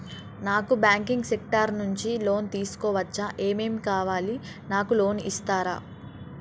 నాకు banking sector నుంచి loan తీసుకోవచ్చా? ఏమేం కావాలి? నాకు లోన్ ఇస్తారా?